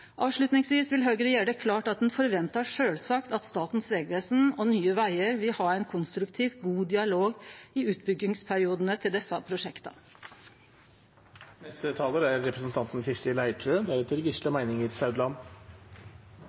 Avslutningsvis vil Høgre gjere det klart at ein sjølvsagt forventar at Statens vegvesen og Nye Vegar vil ha ein konstruktiv, god dialog i utbyggingsperiodane til desse prosjekta. Denne bompengeproposisjonen omhandler fase 2, som er